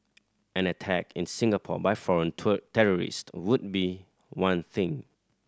an attack in Singapore by foreign terrorist would be one thing